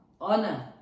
Honor